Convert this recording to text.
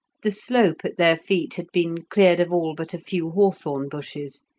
the slope at their feet had been cleared of all but a few hawthorn bushes.